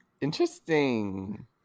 interesting